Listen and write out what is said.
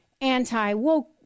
anti-woke